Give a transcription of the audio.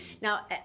Now